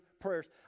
prayers